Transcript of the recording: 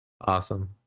awesome